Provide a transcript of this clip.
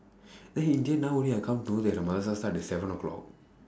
then in the end now I only come to know that her mother start at seven o'clock